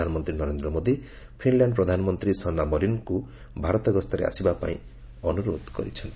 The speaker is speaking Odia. ପ୍ରଧାନମନ୍ତ୍ରୀ ନରେନ୍ଦ୍ର ମୋଦୀ ଫିନ୍ଲ୍ୟାଣ୍ଡ ପ୍ରଧାନମନ୍ତ୍ରୀ ସନା ମରିନ୍ଙ୍କୁ ଭାରତ ଗସ୍ତରେ ଆସିବା ପାଇଁ ଅନୁରୋଧ କରିଛନ୍ତି